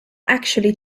actually